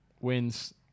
Wins